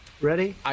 ready